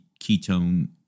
ketone